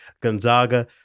Gonzaga